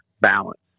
balance